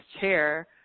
chair